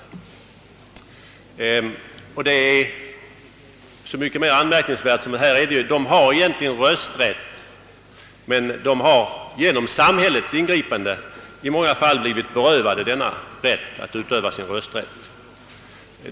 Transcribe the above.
Denna diskriminering är så mycket mer anmärkningsvärd som de intagna har rösträtt men genom samhällets ingripande blir berövade möjligheten att utöva rösträtten.